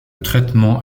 traitement